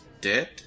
dead